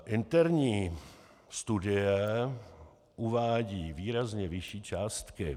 Interní studie uvádí výrazně vyšší částky.